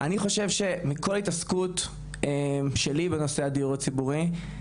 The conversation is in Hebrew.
אני חושב שמכל ההתעסקות שלי בנושא דיור הציבורי,